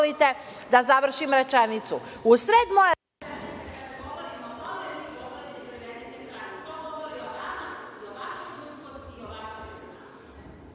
da završim rečenicu.